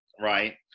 right